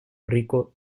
rico